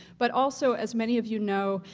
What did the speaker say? but also, as many of you know,